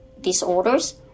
disorders